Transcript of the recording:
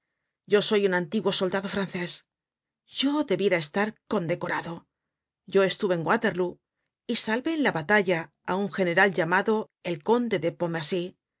yo soy un antiguo soldado francés yo debiera estar condecorado yo estuve en waterlóo y salvé en la batalla á un general llamado el conde de